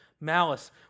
malice